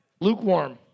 lukewarm